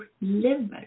liver